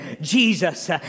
Jesus